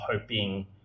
hoping